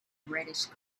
reddish